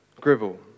Gribble